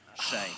shame